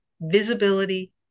visibility